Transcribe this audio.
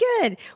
good